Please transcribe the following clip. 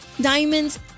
Diamonds